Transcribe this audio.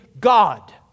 God